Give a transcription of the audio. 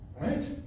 right